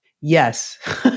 Yes